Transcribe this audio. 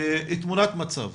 תמונת מצב.